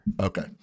Okay